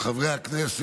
בהסכמת שר האוצר,